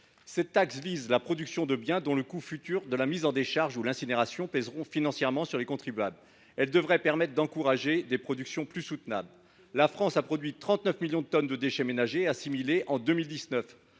Cette taxe vise la production de biens dont le coût futur de la mise en décharge ou l’incinération pèsera financièrement sur les contribuables. Elle devrait permettre d’encourager des productions plus soutenables. La France a produit 39 millions de tonnes de déchets ménagers et assimilés en 2019.